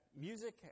music